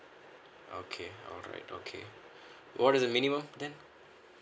okay alright okay what is the minimum then